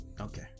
Okay